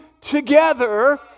together